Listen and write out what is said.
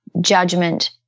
judgment